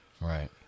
right